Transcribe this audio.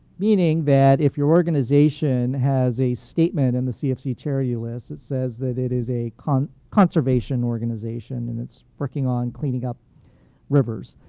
meaning that, if your organization has a statement in the cfc charity list that says that it is a conservation organization and it's working on cleaning up rivers,